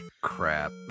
crap